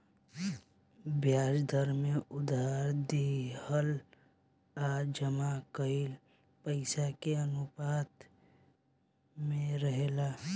ब्याज दर में उधार दिहल आ जमा कईल पइसा के अनुपात में रहेला